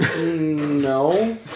No